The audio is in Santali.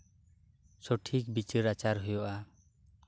ᱥᱚᱴᱷᱤᱠ ᱵᱤᱪᱟᱹᱨ ᱟᱪᱟᱨ ᱦᱩᱭᱩᱜᱼᱟ